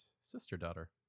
sister-daughter